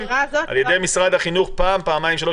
היא נאמרה פעם, פעמיים, שלוש.